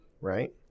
right